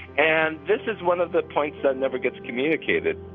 and this is one of the points that never gets communicated